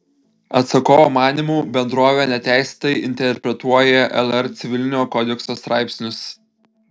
atsakovo manymu bendrovė neteisėtai interpretuoja lr civilinio kodekso straipsnius